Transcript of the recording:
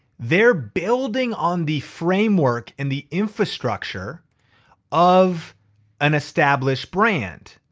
they're building on the framework and the infrastructure of an established brand.